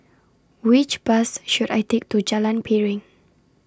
Which Bus should I Take to Jalan Piring